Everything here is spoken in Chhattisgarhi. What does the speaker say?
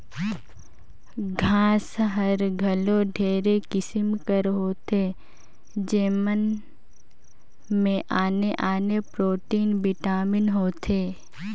घांस हर घलो ढेरे किसिम कर होथे जेमन में आने आने प्रोटीन, बिटामिन होथे